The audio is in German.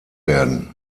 werden